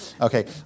Okay